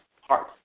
heart